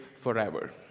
forever